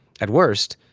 at worst,